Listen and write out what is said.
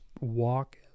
walk